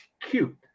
cute